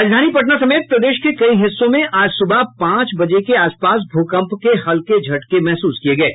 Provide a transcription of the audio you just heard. राजधानी पटना समेत प्रदेश के कई हिस्सों में आज सुबह पांच बजे के आस पास भूकम्प के हल्के झटके महसूस किये गये